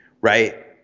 Right